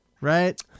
right